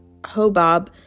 Hobab